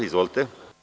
Izvolite.